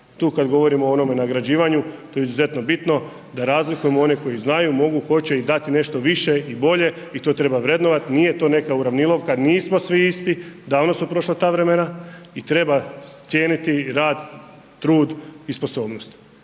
Tu kad govorimo o onome nagrađivanju, to je izuzetno bitno da razlikujemo one koji znaju, mogu, hoće i dat nešto više i bolje i to treba vrednovati, nije to neka uravnilovka, nismo svi isti, davno su prošla ta vremena i treba cijeniti rad, trud i sposobnost.